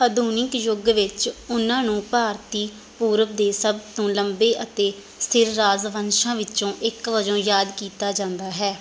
ਆਧੁਨਿਕ ਯੁੱਗ ਵਿੱਚ ਉਹਨਾਂ ਨੂੰ ਭਾਰਤੀ ਪੂਰਬ ਦੇ ਸਭ ਤੋਂ ਲੰਬੇ ਅਤੇ ਸਥਿਰ ਰਾਜ ਵੰਸ਼ਾਂ ਵਿੱਚੋਂ ਇੱਕ ਵਜੋਂ ਯਾਦ ਕੀਤਾ ਜਾਂਦਾ ਹੈ